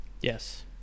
Yes